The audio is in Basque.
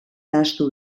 nahastu